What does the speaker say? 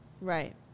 Right